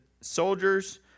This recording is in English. soldiers